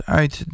uit